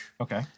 Okay